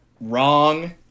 wrong